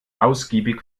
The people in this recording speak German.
ausgiebig